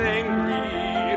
angry